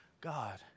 God